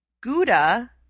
Gouda